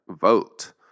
vote